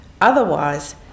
Otherwise